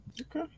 Okay